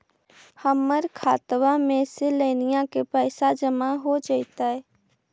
हमर खातबा में से लोनिया के पैसा जामा हो जैतय?